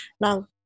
Now